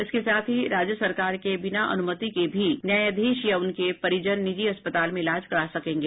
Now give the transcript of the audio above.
इसके साथ ही राज्य सरकार के बिना अनुमति के भी न्यायाधीश या उनके परिजन निजी अस्पताल में इलाज करा सकेंगे